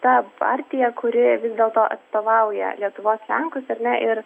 ta partija kuri vis dėlto atstovauja lietuvos lenkus ar ne ir